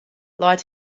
leit